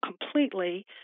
completely